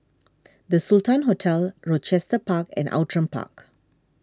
the Sultan Hotel Rochester Park and Outram Park